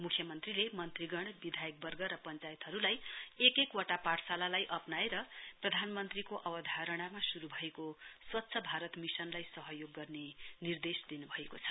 मुख्यमन्त्रीले मन्त्रीगण विधायकवर्ग र पश्चायतहरूलाई एक एक वटा पाठशालालाई अप्राएर प्रधानमन्त्रीको अवधारणामा शुरू भएको स्वच्छ भारत मिशनलई सहयोग गर्ने निर्देश दिनु भएको छ